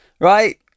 right